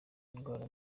indwara